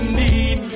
need